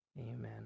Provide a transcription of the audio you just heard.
Amen